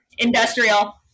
industrial